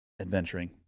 adventuring